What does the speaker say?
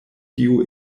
tiu